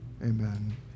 Amen